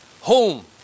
Home